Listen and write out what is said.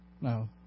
No